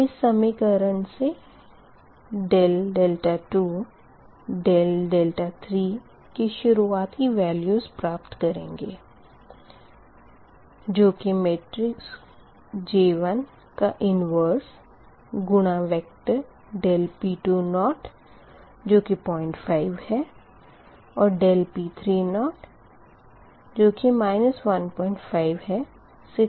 अब इस समीकरण से ∆2 ∆3 की शुरुआती वेल्यूस प्राप्त करेंगे जो की J1 मेट्रिक्स का इनवर्स गुणा वेक्टर ∆P2 जो की 05 है और ∆P3 150 है